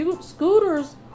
scooters